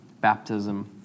baptism